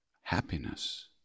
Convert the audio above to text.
happiness